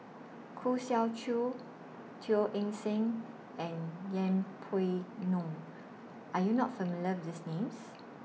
Khoo Swee Chiow Teo Eng Seng and Yeng Pway Ngon Are YOU not familiar with These Names